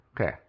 Okay